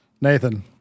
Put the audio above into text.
nathan